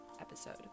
episode